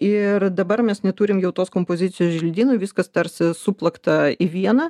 ir dabar mes neturim jau tos kompozicijos želdynų viskas tarsi suplakta į vieną